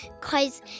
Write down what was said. Cause